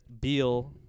Beal